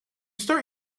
start